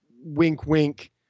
wink-wink